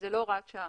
זאת לא הוראת שעה.